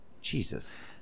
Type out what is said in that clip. Jesus